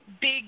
big